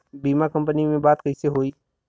बीमा कंपनी में बात कइसे होई?